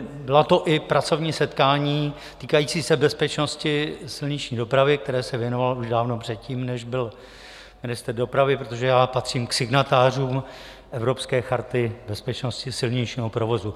Byla to i pracovní setkání týkající se bezpečnosti silniční dopravy, které se věnoval i dávno předtím, než byl ministrem dopravy, protože já patřím k signatářům Evropské charty bezpečnosti silničního provozu.